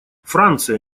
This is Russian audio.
франция